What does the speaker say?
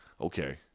Okay